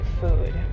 food